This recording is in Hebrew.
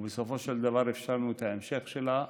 שבסופו של דבר אפשרנו את ההמשך שלה,